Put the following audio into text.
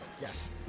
yes